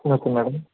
okay madam